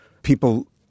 People